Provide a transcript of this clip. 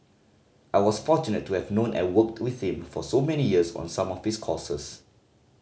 I was fortunate to have known and worked with him for so many years on some of his causes